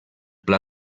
pla